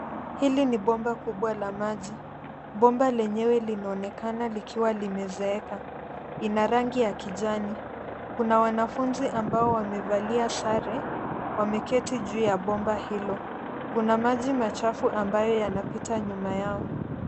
Hili ni bomba kubwa la maji. Bomba lenyewe linaonekana likiwa limezeeka. Ina rangi ya kijani .Kuna wanafunzi ambao wamevalia sare, wameketi juu ya bomba hilo. Kuna maji machafu ambayo yanapita nyuma yao.